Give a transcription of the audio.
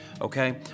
okay